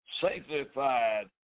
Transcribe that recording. sanctified